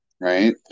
Right